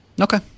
Okay